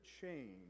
change